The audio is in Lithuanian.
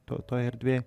toj erdvėj